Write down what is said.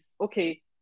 okay